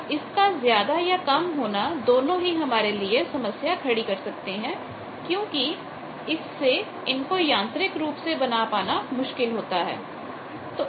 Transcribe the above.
अब इसका ज्यादा या कम होना दोनों ही हमारे लिए समस्या खड़ी कर सकते हैं क्योंकि इससे इनको यांत्रिक रूप से बना पाना मुश्किल होता है